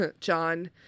John